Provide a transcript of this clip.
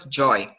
joy